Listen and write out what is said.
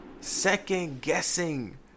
second-guessing